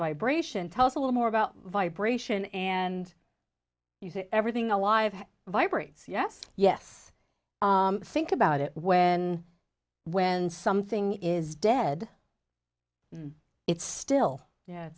vibration tell us a little more about vibration and you say everything alive vibrates yes yes i think about it when when something is dead it's still yeah